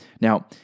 Now